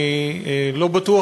אני לא בטוח,